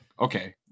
okay